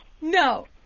No